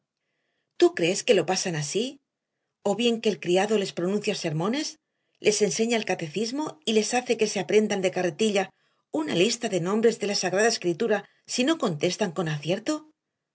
tú crees que lo pasan así o bien que el criado les pronuncia sermones les enseña el catecismo y les hace que se aprendan de carretilla una lista de nombres de la sagrada escritura si no contestan con acierto